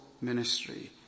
ministry